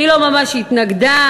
היא לא ממש התנגדה,